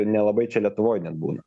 nelabai čia lietuvoj net būna